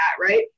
right